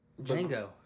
Django